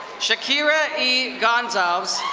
shakira e. gonzales.